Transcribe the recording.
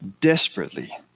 desperately